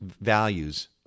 values